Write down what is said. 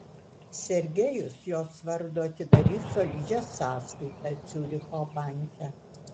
sergejus jos vardu atidarys solidžią sąskaitą ciuricho banke